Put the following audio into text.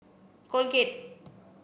Colgate